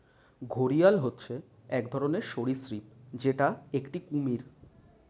ঘড়িয়াল হচ্ছে এক ধরনের সরীসৃপ যেটা একটি কুমির